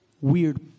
weird